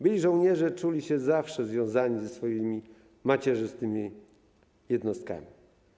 Byli żołnierze czuli się zawsze związani ze swoimi macierzystymi jednostkami.